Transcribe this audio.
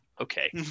okay